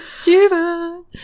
Stupid